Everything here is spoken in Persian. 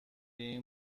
این